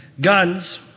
Guns